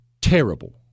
terrible